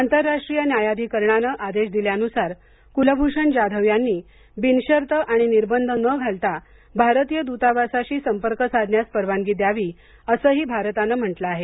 आंतरराष्ट्रीय न्यायाधिकरणानं आदेश दिल्यानुसार कुलभूषण जाधव यांनी बिनशर्त आणि निर्बंध न घालता भारतीय दुतावासाशी संपर्कास परवानगी द्यावी असंही भारतानं म्हटलं आहे